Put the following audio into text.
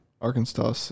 Arkansas